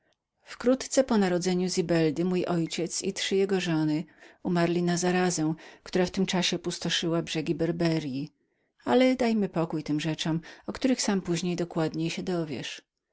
wkrótce po narodzeniu zibeldy mój ojciec i trzy jego żony umarli na zarazę która w tym czasie pustoszyła brzegi barbaryi ale dajmy pokój tym rzeczom o których sam później dokładnie się dowiesz